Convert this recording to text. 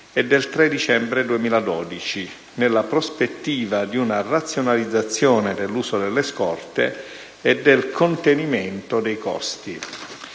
e del 3 dicembre 2012, nella prospettiva di una razionalizzazione dell'uso delle scorte e del contenimento dei costi.